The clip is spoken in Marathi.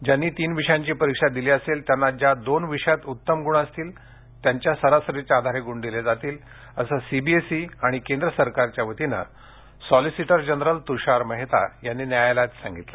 ज्यांनी तीन विषयांची परीक्षा दिली असेल त्यांना ज्या दोन विषयात उत्तम गूण असतील त्यांच्या सरासरीच्या आधारे गुण दिले जातील असं सीबीएसई आणि केंद्र सरकारच्या वतीनं सॉलीसिटर जनरल तुषार मेहता यांनी न्यायालयाला सांगितलं